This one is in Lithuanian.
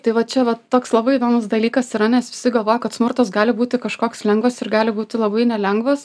tai va čia va toks labai įdomus dalykas yra nes visi galvoja kad smurtas gali būti kažkoks lengvas ir gali būti labai nelengvas